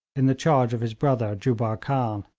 in the charge of his brother jubbar khan.